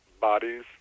bodies